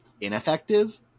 ineffective